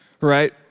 right